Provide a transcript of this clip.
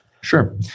Sure